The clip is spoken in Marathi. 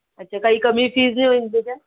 अच्छा काही कमी फीज नाही होईन त्याच्यात